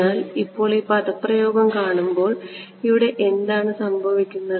എന്നാൽ ഇപ്പോൾ ഈ പദപ്രയോഗം കാണുമ്പോൾ ഇവിടെ എന്താണ് സംഭവിക്കുന്നത്